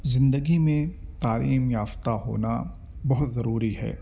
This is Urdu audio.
زندگی میں تعلیم یافتہ ہونا بہت ضروری ہے